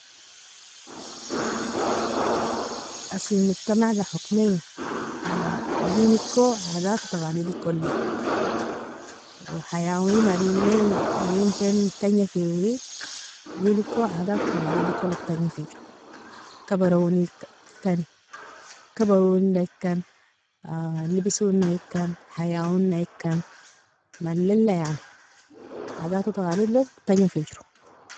Asi mojtamaga hokmeye diniko adat wa tagalidikoli, o hayaoini malili oinkan tanja fieyi diniko adat wa tagalidiko log tanja fijro, kabaronaikan, libesonaikan, hayaoinaikan, malila yani adat wa tagalidlog tanja fijro.